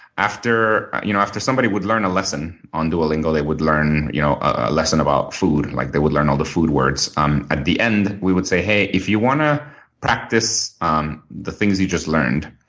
after you know after somebody would learn a lesson on duolingo they would learn you know a lesson about food, like, they would learn on the food words um at the end we would say, hey, if you want to practice um the things you just learned,